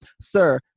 sir